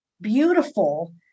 beautiful